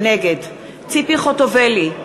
נגד ציפי חוטובלי,